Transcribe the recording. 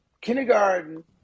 kindergarten